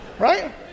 Right